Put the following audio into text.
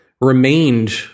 remained